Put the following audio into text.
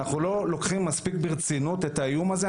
אנחנו לא לוקחים מספיק ברצינות את האיום הזה.